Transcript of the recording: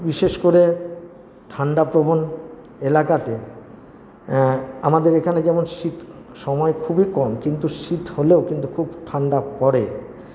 বিশেষ করে ঠান্ডাপ্রবণ এলাকাতে আমাদের এখানে যেমন শীত সময় খুবই কম কিন্তু শীত হলেও এখানে খুব ঠান্ডা পড়ে